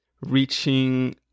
reaching